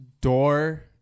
Door